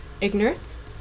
ignorance